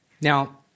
Now